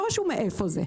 לא רשום מאיפה זה.